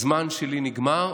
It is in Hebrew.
הזמן שלי נגמר,